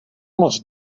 moc